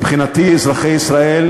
מבחינתי אזרחי ישראל,